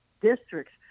districts